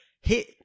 hit